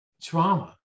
trauma